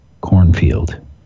cornfield